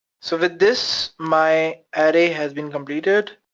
so with this, my aray has been completed.